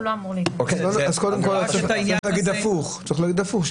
הוא לא אמור --- צריך להגיד הפוך,